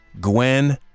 Gwen